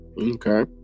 okay